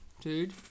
Dude